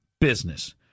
business